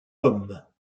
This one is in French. hommes